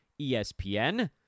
ESPN